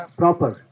proper